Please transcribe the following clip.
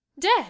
dead